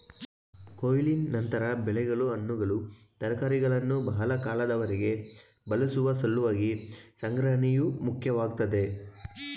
ಕೊಯ್ಲಿನ ನಂತರ ಬೆಳೆಗಳು ಹಣ್ಣುಗಳು ತರಕಾರಿಗಳನ್ನು ಬಹಳ ಕಾಲದವರೆಗೆ ಬಳಸುವ ಸಲುವಾಗಿ ಸಂಗ್ರಹಣೆಯು ಮುಖ್ಯವಾಗ್ತದೆ